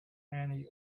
and